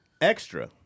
extra